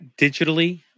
digitally